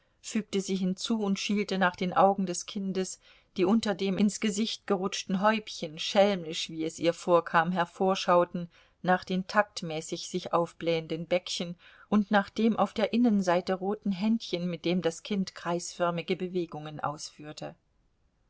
fügte sie hinzu und schielte nach den augen des kindes die unter dem ins gesicht gerutschten häubchen schelmisch wie es ihr vorkam hervorschauten nach den taktmäßig sich aufblähenden bäckchen und nach dem auf der innenseite roten händchen mit dem das kind kreisförmige bewegungen ausführte